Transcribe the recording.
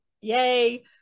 Yay